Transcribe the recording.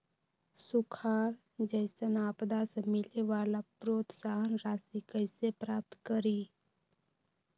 सुखार जैसन आपदा से मिले वाला प्रोत्साहन राशि कईसे प्राप्त करी?